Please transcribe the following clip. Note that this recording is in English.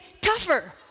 tougher